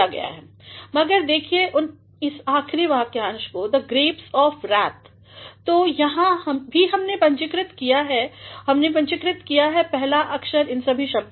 मगर दिखिए इस आखरीवाक्यांश कोThe Grapes of Wrath तो यहाँ भी हमने पूंजीकृत कियाहै और हमने पूंजीकृत कियाहै पहला अक्षर इन सभी शब्दों में